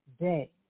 day